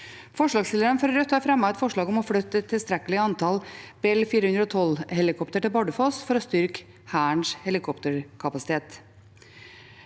Forslagsstillerne fra Rødt har fremmet et forslag om å flytte et tilstrekkelig antall Bell 412-helikopter til Bardufoss for å styrke Hærens helikopterkapasitet.